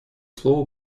слово